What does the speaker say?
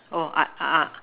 oh art art